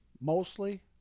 mostly